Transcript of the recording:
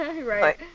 Right